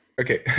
Okay